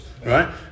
Right